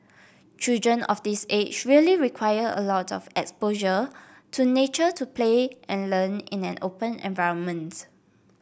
children of this age really require a lot of exposure to nature to play and learn in an open environment